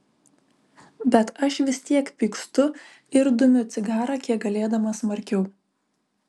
bet aš vis tiek pykstu ir dumiu cigarą kiek galėdamas smarkiau